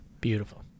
Beautiful